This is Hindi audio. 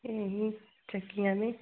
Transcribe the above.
यहीं चकिया में